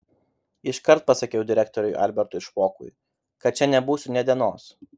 iškart pasakiau direktoriui albertui špokui kad čia nebūsiu nė dienos